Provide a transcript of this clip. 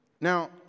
Now